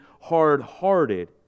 hard-hearted